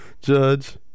Judge